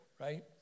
right